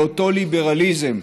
באותו 'ליברליזם',